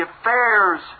affairs